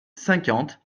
cinquante